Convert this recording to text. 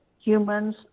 Humans